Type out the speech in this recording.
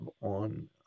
on